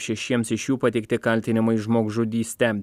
šešiems iš jų pateikti kaltinimai žmogžudyste